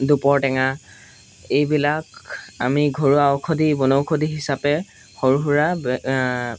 দুপৰ টেঙা এইবিলাক আমি ঘৰুৱা ঔষধি বনৌষধি হিচাপে সৰু সুৰা ব